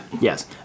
Yes